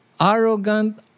arrogant